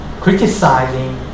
criticizing